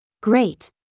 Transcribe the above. Great